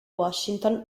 washington